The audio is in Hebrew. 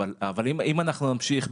אבל כבודו אי אפשר להשאיר את הדברים ככה.